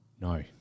No